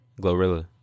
Glorilla